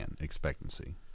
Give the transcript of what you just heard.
expectancy